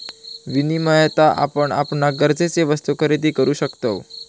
विनियमातना आपण आपणाक गरजेचे वस्तु खरेदी करु शकतव